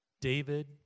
David